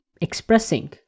expressing